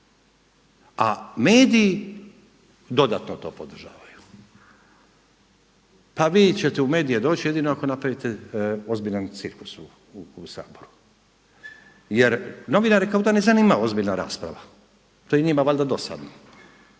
A mediji dodatno to podržavaju. Pa vi ćete u medije doći jedino ako napravite ozbiljan cirkus u Saboru. Jer novinare kao da ne zanima ozbiljna rasprava, to je njima valjda dosadno,